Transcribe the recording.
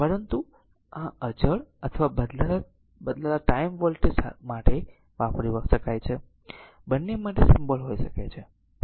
પરંતુ આ તે અચળ અથવા બદલાતા ટાઈમ વોલ્ટેજ માટે વાપરી શકાય છે આ બંને માટે આ સિમ્બોલ હોઈ શકે છે